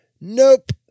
Nope